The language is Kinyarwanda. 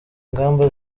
ingamba